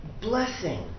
blessing